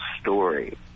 story